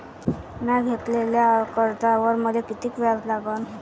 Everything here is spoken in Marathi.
म्या घेतलेल्या कर्जावर मले किती व्याज लागन?